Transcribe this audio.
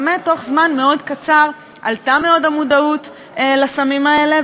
באמת בתוך זמן מאוד קצר עלתה מאוד המודעות לסמים האלה,